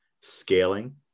scaling